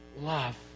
love